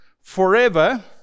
forever